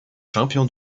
champion